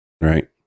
Right